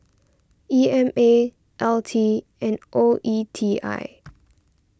E M A L T and O E T I